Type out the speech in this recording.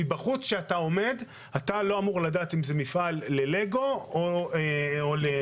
מבחוץ אתה לא אמור לדעת אם זה מפעל ללגו או לפסולת.